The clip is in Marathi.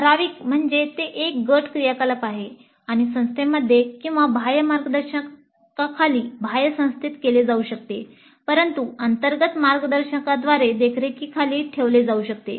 ठराविक म्हणजे ते एक गट क्रियाकलाप आहे आणि ते संस्थेमध्ये किंवा बाह्य मार्गदर्शकाखाली बाह्य संस्थेत केले जाऊ शकते परंतु अंतर्गत मार्गदर्शकाद्वारे देखरेखीखाली ठेवले जाऊ शकते